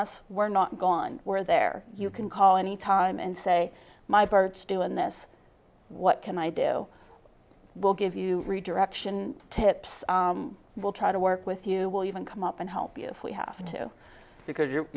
us we're not gone we're there you can call any time and say my parts doing this what can i do we'll give you redirection tips we'll try to work with you will even come up and help you if we have to because